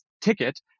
ticket